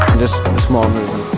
just a small movement,